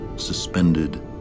suspended